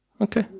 Okay